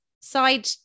side